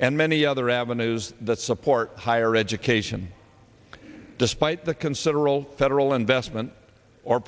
and many other avenues that support higher education despite the considerable federal investment or